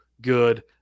good